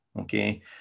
okay